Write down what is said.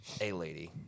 A-Lady